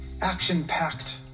action-packed